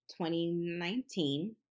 2019